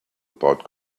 about